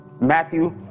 Matthew